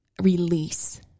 release